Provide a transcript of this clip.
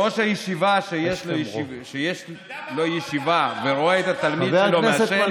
ראש הישיבה שיש לו ישיבה ורואה את התלמיד שלו מעשן,